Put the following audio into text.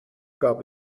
gab